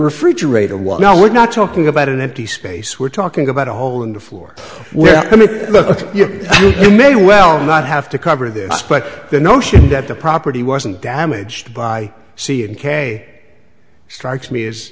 refrigerator well now we're not talking about an empty space we're talking about a hole in the floor where you may well not have to cover this but the notion that the property wasn't damaged by c and k strikes me